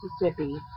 Mississippi